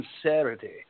sincerity